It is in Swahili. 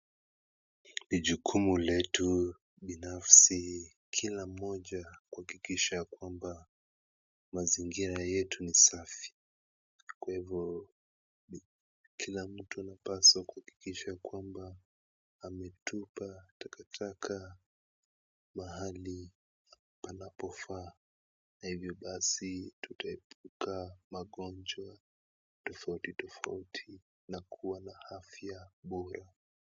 Ni jukumu letu binafsi kila mmoja kuhakikisha kwamba mazingira yetu ni safi. Kwa hivyo, kila mtu anapaswa kuhakikisha kwamba ametupa takataka mahali panapofaa na hivyo basi, tutaepuka magonjwa tofauti tofauti na kuwa na afya bora.